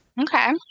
Okay